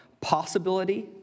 possibility